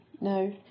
no